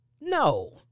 No